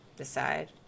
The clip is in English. decide